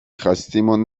خواستیم